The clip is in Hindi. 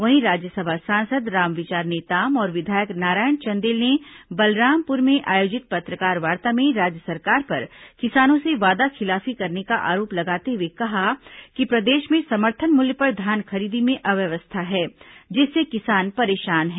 वहीं राज्यसभा सांसद रामविचार नेताम और विधायक नारायण चंदेल ने बलरामपुर में आयोजित पत्रकारवार्ता में राज्य सरकार पर किसानों से वादाखिलाफी करने का आरोप लगाते हुए कहा कि प्रदेश में समर्थन मूल्य पर धान खरीदी में अव्यवस्था है जिससे किसान परेशान हैं